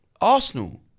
Arsenal